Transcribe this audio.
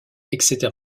etc